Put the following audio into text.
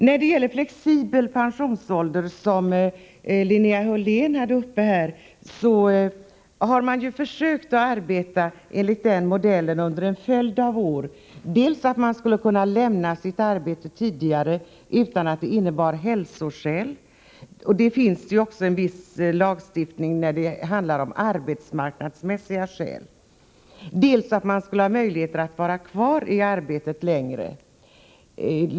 När det gäller flexibel pensionsålder, som Linnea Hörlén tog upp, har man försökt arbeta enligt den modellen under en följd av år. Dels skulle man kunna lämna sitt arbete tidigare utan att åberopa hälsoskäl — det finns också en viss lagstiftning beträffande arbetsmarknadsmässiga skäl —, dels skulle man ha möjlighet att vara kvar i arbete längre.